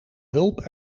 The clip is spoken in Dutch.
hulp